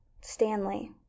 Stanley